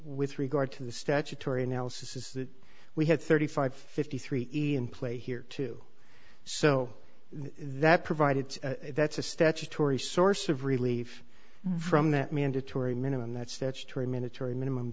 with regard to the statutory analysis is that we had thirty five fifty three in play here too so that provided that's a statutory source of relief from that mandatory minimum